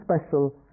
special